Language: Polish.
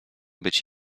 być